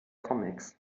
comics